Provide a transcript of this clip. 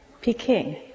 Peking